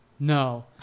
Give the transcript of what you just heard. No